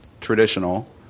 traditional